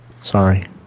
Sorry